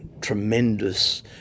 tremendous